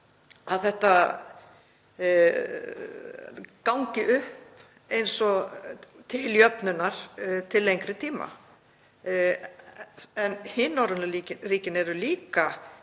að þetta gangi upp til jöfnunar til lengri tíma. En hin norrænu ríkin eru líka,